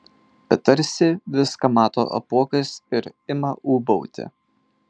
bet tarsi viską mato apuokas ir ima ūbauti